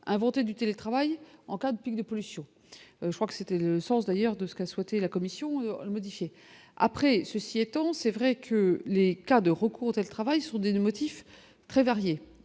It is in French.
inventer du télétravail en cas de pic de pollution, je crois que c'était le sens d'ailleurs, de ce qu'a souhaité la Commission modifiée après ceci étant, c'est vrai que les cas de recours au test travaillent sur des 2 motifs. Très variés,